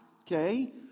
okay